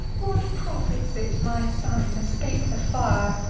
what profits it my son to scape the fire,